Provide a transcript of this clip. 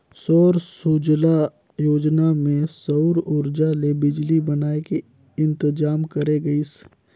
सौर सूजला योजना मे सउर उरजा ले बिजली बनाए के इंतजाम करे गइस